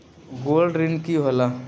Gold ऋण की होला?